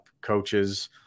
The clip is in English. coaches